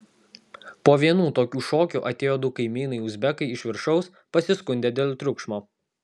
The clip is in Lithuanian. po vienų tokių šokių atėjo du kaimynai uzbekai iš viršaus pasiskundė dėl triukšmo